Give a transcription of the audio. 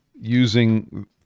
using